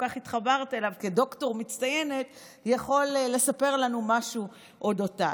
כך התחברת אליו כדוקטור מצטיינת יכול לספר לנו על אודותייך.